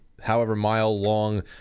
however-mile-long